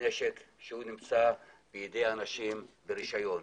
נשק שהוא נמצא בידי אנשים ברישיון.